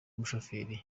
mushoferi